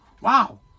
wow